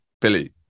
Billy